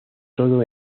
todo